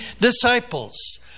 disciples